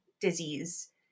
disease